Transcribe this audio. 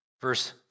Verse